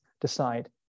decide